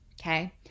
okay